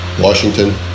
Washington